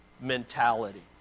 mentality